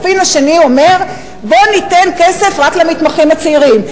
הספין השני אומר: בואו ניתן כסף רק למתמחים הצעירים.